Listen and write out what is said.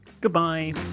goodbye